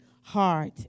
heart